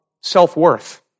self-worth